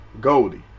Goldie